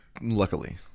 luckily